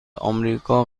آمریکا